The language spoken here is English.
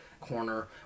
corner